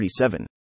37